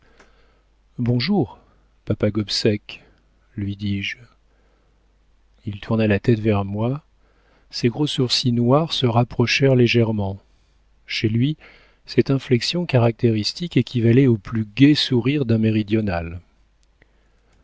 bonjour papa gobseck lui dis-je il tourna la tête vers moi ses gros sourcils noirs se rapprochèrent légèrement chez lui cette inflexion caractéristique équivalait au plus gai sourire d'un méridional